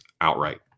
outright